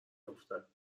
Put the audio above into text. افتد